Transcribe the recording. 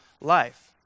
life